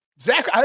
Zach